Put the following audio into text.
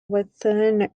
within